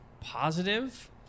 positive